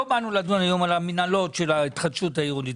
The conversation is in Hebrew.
לא באנו לדון היום על המינהלות של ההתחדשות העירונית,